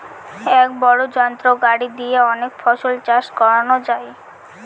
এক বড় যন্ত্র গাড়ি দিয়ে অনেক ফসল চাষ করানো যায়